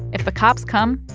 if the cops come,